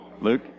Luke